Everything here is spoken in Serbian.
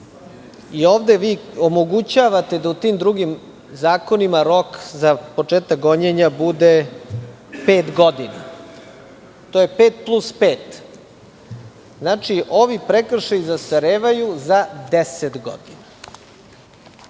Ovde vi omogućavate da u tim drugim zakonima rok za početak gonjenja bude pet godina. To je pet plus pet. Znači, ovi prekršaji zastarevaju za deset